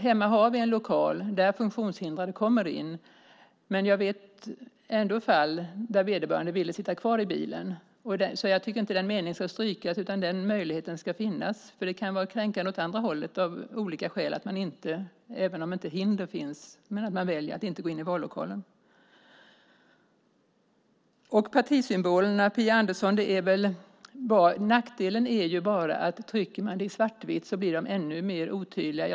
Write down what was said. Hemma har vi en lokal, där funktionshindrade kommer in. Men jag vet ändå fall där vederbörande ville sitta kvar i bilen. Så jag tycker inte att den meningen ska strykas. Den möjligheten ska finnas. För det kan vara kränkande åt andra hållet av olika skäl. Även om inte hinder finns väljer man att inte gå in i vallokalen. När det gäller partisymbolerna, Phia Andersson, är det väl bra. Nackdelen är bara att om man trycker det i svartvitt blir de ännu mer otydliga.